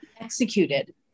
executed